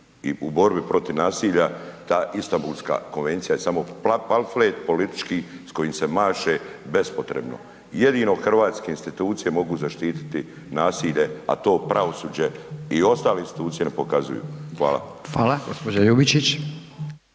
i u borbi protiv nasilja ta Istanbulska konvencija je samo pamflet politički s kojim se maše bespotrebno. Jedino hrvatske institucije mogu zaštiti nasilje, a to pravosuđe i ostale institucije na pokazuju. Hvala. **Radin, Furio